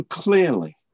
clearly